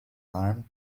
armed